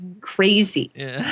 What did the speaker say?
crazy